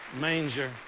manger